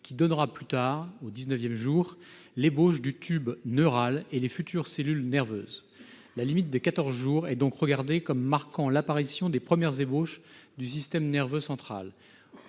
qui donnera plus tard, au dix-neuvième jour, l'ébauche du tube neural et des futures cellules nerveuses. La limite de quatorze jours est donc regardée comme marquant l'apparition des premières ébauches du système nerveux central.